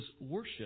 worship